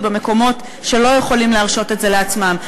במקומות שלא יכולים להרשות את זה לעצמם,